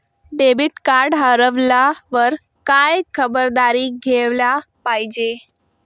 Debit card हरवल्यावर काय खबरदारी घ्यायला पाहिजे?